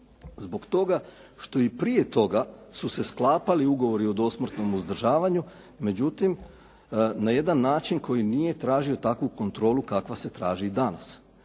Zbog toga što i prije toga su se sklapali ugovori o dosmrtnom uzdržavanju međutim, na jedan način koji nije tražio takvu kontrolu kakva se traži danas.